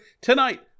tonight